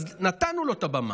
אז נתנו לו את הבמה,